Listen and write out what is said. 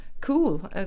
cool